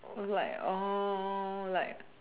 like like